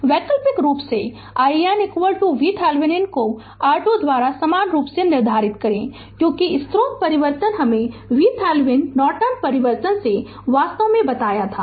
वैकल्पिक रूप से i n VThevenin को R2 द्वारा समान रूप से निर्धारित करें क्योंकि स्रोत परिवर्तन हमे थेवेनिन नॉर्टन परिवर्तन से वास्तव में बताया था